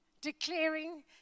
Declaring